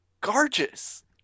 Gorgeous